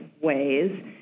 ways